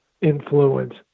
influence